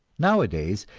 nowadays,